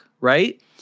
right